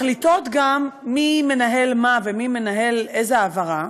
מחליטות גם מי מנהל מה ומי מנהל איזו העברה,